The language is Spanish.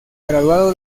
graduado